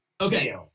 Okay